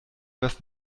was